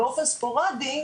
בוקר טוב.